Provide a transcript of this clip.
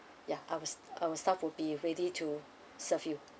ya our our staff would be ready to serve you